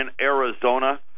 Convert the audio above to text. Arizona